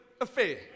affair